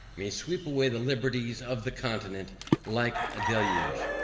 may sweep away the liberties of the continent like a deluge.